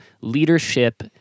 leadership